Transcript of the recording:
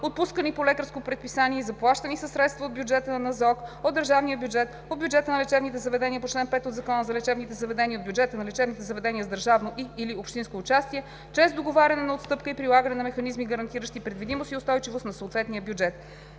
отпускани по лекарско предписание и заплащани със средства от бюджета на НЗОК, от държавния бюджет, от бюджета на лечебните заведения по чл. 5 от Закона за лечебните заведения и от бюджета на лечебните заведения с държавно и/или общинско участие, чрез договаряне на отстъпки и прилагане на механизми, гарантиращи предвидимост и устойчивост на съответния бюджет.